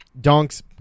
dunks